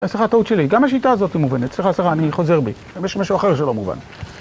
סליחה, טעות שלי, גם השיטה הזאת לא מובנת, סליחה, סליחה, אני חוזר בי, יש משהו אחר שלא מובן.